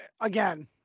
again